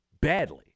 badly